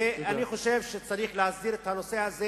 ואני חושב שצריך להסדיר את הנושא הזה